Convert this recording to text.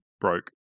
broke